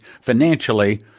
financially